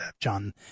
John